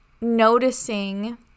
noticing